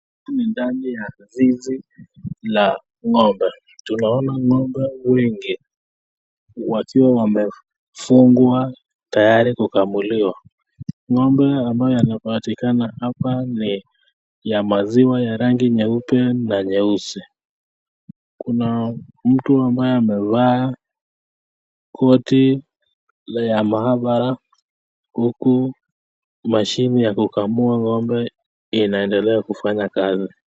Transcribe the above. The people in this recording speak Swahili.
Hapa ni ndani ya zizi la ngombe. Tunaona ngombe wengi, wakiwa wamefungwa tayari kukamuliwa. Ngombe ambaye anapatikana hapa ni ya maziwa ya rangi nyeupe na nyeusi. Kuna mtu ambaye amevaa koti la mahabara huku mashini ya kukamua ngombe inaaendelea kufanya kazi.